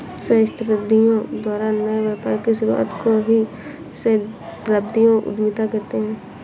सहस्राब्दियों द्वारा नए व्यापार की शुरुआत को ही सहस्राब्दियों उधीमता कहते हैं